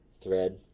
thread